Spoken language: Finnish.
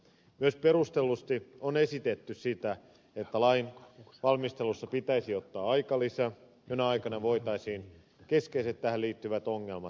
myös perustellusti on esitetty että lain valmistelussa pitäisi ottaa aikalisä jona aikana voitaisiin keskeiset tähän liittyvät ongelmat korjata